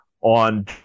on